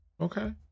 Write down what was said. Okay